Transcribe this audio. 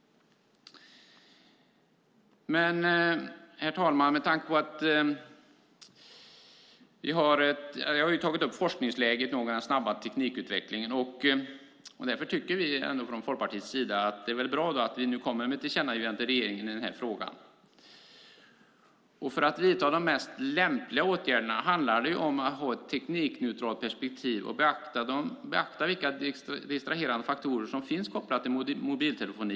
Herr talman! Jag har tagit upp forskningsläget och den snabba teknikutvecklingen. Vi i Folkpartiet tycker att det är bra att vi nu kommer med ett tillkännagivande till regeringen i den här frågan. För att vidta de mest lämpliga åtgärder handlar det om att ha ett teknikneutralt perspektiv och beakta vilka distraherande faktorer som finns kopplade till mobiltelefoni.